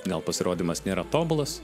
gal pasirodymas nėra tobulas